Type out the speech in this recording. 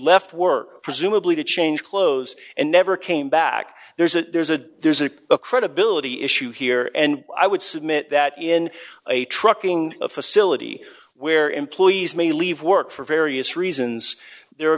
left work presumably to change clothes and never came back there's a there's a there's a credibility issue here and i would submit that in a trucking facility where employees may leave work for various reasons the